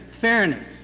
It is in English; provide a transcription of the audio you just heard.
Fairness